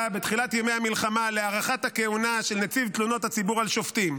בתחילת ימי המלחמה להארכת הכהונה של נציב תלונות הציבור על השופטים,